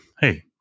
hey